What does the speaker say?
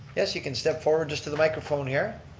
yes, you can step forward just to the microphone here.